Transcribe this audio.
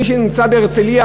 מי שמגיע מהרצלייה,